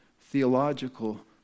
theological